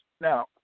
Now